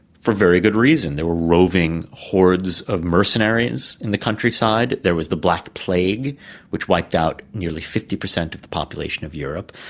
for very good reason there were roving hordes of mercenaries in the countryside, there was the black plague which wiped out nearly fifty per cent of the population of europe,